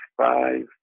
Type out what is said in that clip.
five